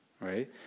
right